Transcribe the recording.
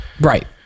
right